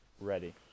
ready